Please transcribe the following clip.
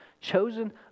chosen